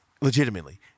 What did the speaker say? Legitimately